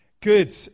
good